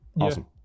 awesome